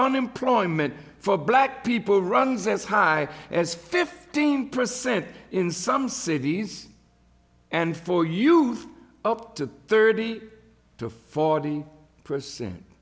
unemployment for black people runs as high as fifteen percent in some cities and for youth up to thirty to forty percent